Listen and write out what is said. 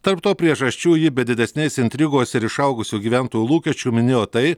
tarp to priežasčių ji be didesnės intrigos ir išaugusių gyventojų lūkesčių minėjo tai